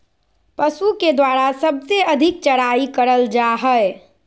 पशु के द्वारा सबसे अधिक चराई करल जा हई